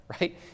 right